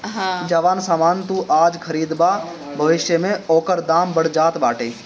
जवन सामान तू आज खरीदबअ भविष्य में ओकर दाम बढ़ जात बाटे